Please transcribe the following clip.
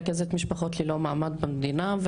אני רכזת משפחות ללא מעמד במדינה,